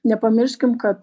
nepamirškim kad